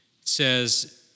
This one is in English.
says